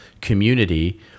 community